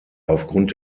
aufgrund